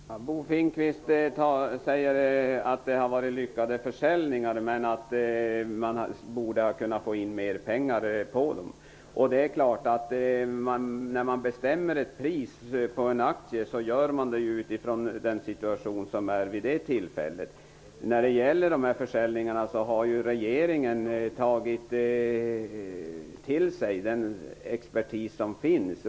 Herr talman! Bo Finnkvist sade att försäljningarna hade varit lyckade men att man borde ha kunnat få in mer pengar. När man bestämmer priset för en aktie gör man det utifrån den situation som råder vid det tillfället. När det gäller dessa försäljningar har ju regeringen tagit till sig den expertis som finns.